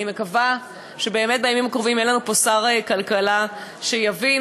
אני מקווה שבימים הקרובים יהיה לנו פה שר כלכלה שיבין